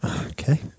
Okay